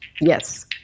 Yes